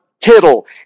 tittle